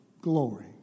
glory